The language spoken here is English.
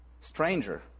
stranger